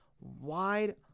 wide